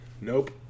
nope